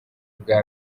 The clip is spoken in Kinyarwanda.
bwa